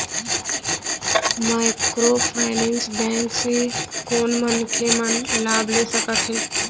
Microfinance bank से कोन मनखे मन लाभ ले सकथे?